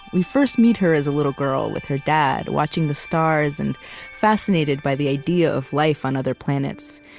we first meet her as a little girl with her dad watching the stars and fascinated by the idea of life on other planets.